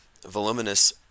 voluminous